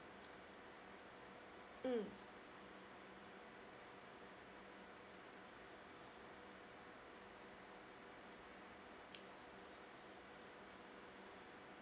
mm